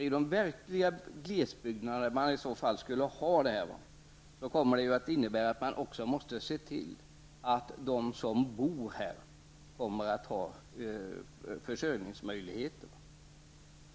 I de verkliga glesbygdsområdena, där man skulle ha bo och brukarplikt, måste man i så fall se till att de som bor där har försörjningsmöjligheter.